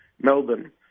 melbourne